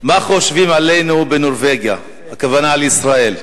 מה חושבים עלינו בנורבגיה, הכוונה לישראל.